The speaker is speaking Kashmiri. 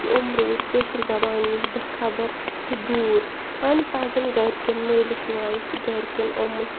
کٕم روٗدۍ کٲشِر زبانہِ نِش بےٚ خَبر تہٕ دوٗر وَنۍ پَزَن گَرِکٮ۪ن مٲلِس ماجہِ تہٕ گَرِکٮ۪ن یِمن